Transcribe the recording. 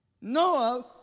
Noah